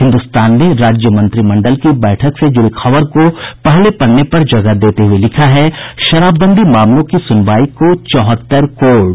हिन्दुस्तान ने राज्य मंत्रिमंडल की बैठक से जुड़ी खबर को पहले पन्ने पर जगह देते हुए लिखा है शराबबंदी मामलों की सुनवाई को चौहत्तर कोर्ट